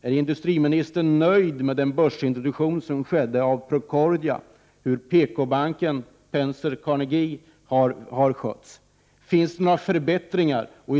Är industriministern nöjd med börsintroduktionen av Procordia, med hur PKbanken, Penser och Carnegie har skötts? Kan några förbättringar göras?